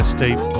Steve